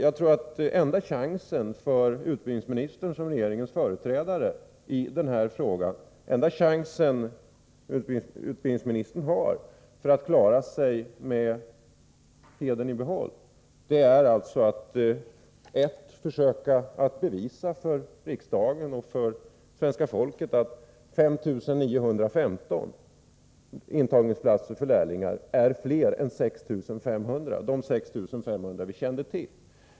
Jag tror att den enda chans utbildningsministern har, som regeringens företrädare i denna fråga, att klara sig med' hedern i behåll är att försöka bevisa för riksdagen och för svenska folket att 5 915 intagningsplatser för lärlingar är fler än 6 500 — de 6 500 vi kände till.